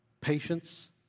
patience